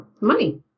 money